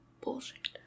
bullshit